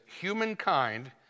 humankind